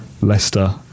Leicester